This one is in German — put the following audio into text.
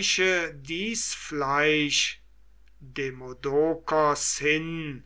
dies fleisch demodokos hin